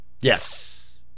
Yes